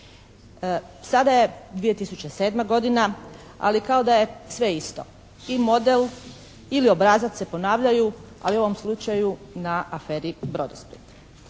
Sada je 2007. godina ali kao da je sve isto. I model, ili obrazac se ponavljaju, ali u ovom slučaju na aferi "Brodosplit".